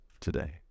today